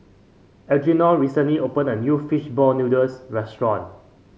Algernon recently opened a new fish ball noodles restaurant